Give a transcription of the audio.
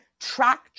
track